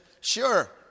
sure